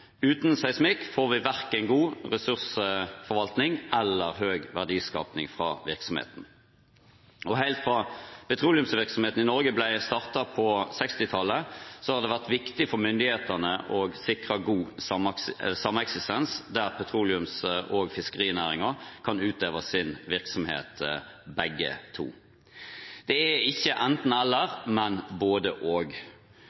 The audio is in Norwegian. Uten seismikk får vi verken god ressursforvaltning eller høy verdiskaping fra virksomheten. Helt fra petroleumsvirksomheten i Norge ble startet på 1960-tallet, har det vært viktig for myndighetene å sikre en god sameksistens der petroleums- og fiskerinæringen kan utøve sin virksomhet, begge to. Det er ikke